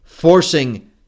Forcing